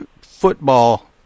football